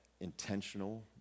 intentional